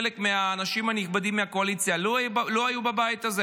חלק מהאנשים הנכבדים מהקואליציה לא היו בבית הזה,